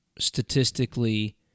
Statistically